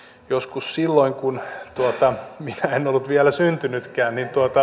joskus silloin kun minä en ollut vielä syntynytkään